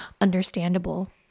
Understandable